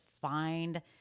find